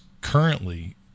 currently